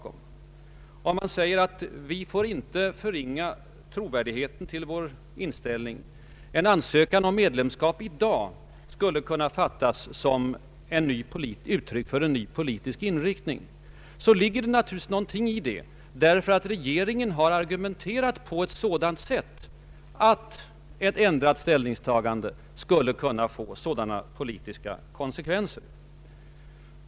Om man säger att vi inte bör förringa trovärdigheten i vår inställning — en ansökan om medlemskap skulle i dag kunna uppfattas som uttryck för en ny politisk inriktning — så ligger det naturligtvis något i detta, framför allt därför att regering en själv argumenterat på ett sådant sätt att ett ändrat ställningstagande skulle kunna föranleda sådana politiska slutsatser.